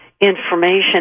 information